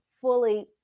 fully